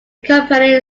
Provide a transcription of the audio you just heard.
company